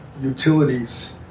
utilities